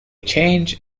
change